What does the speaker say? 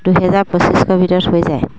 দুহেজাৰ পঁচিছশ ভিতৰত হৈ যায়